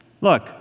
Look